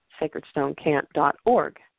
sacredstonecamp.org